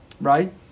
right